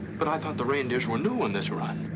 but i thought the reindeers were new on this run.